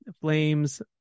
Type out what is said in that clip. Flames